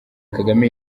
kagame